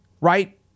right